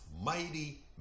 mighty